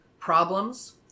Problems